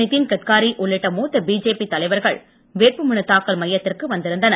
நித்தின்கட்காரி உள்ளிட்ட மூத்த பிஜேபி தலைவர்கள் வேட்புமனு தாக்கல் மையத்திற்கு வந்திருந்தனர்